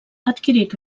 adquirit